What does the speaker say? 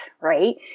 right